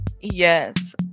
Yes